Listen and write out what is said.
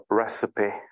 recipe